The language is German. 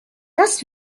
das